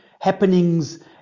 happenings